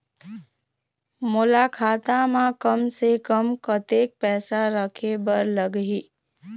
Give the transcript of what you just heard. मोला खाता म कम से कम कतेक पैसा रखे बर लगही?